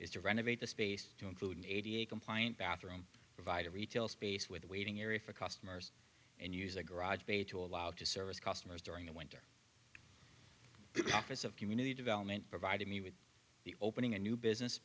is to renovate the space to include a compliant bathroom provide a retail space with a waiting area for customers and use a garage bay to allow to service customers during the winter because of community development provided me with the opening a new business